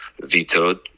vetoed